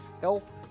health